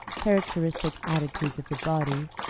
characteristic attitudes of the body,